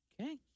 Okay